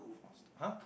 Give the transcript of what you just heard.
four stop !huh!